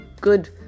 good